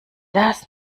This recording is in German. das